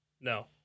No